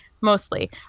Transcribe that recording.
mostly